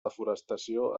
desforestació